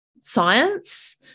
science